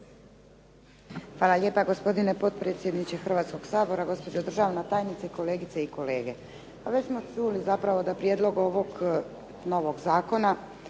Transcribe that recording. Hvala lijepa gospodine potpredsjedniče Hrvatskog sabora, gospođo državna tajnice, kolegice i kolege. Pa već smo čuli zapravo da prijedlog ovog novog zakona